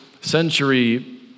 century